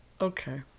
Okay